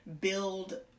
build